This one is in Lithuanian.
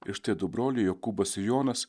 ir štai du broliai jokūbas ir jonas